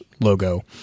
logo